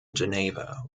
geneva